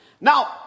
Now